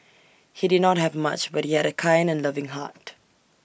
he did not have much but he had A kind and loving heart